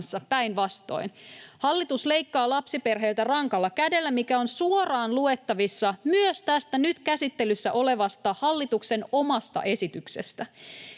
päinvastoin. Hallitus leikkaa lapsiperheiltä rankalla kädellä, mikä on suoraan luettavissa myös tästä nyt käsittelyssä olevasta hallituksen omasta esityksestä.